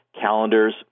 calendars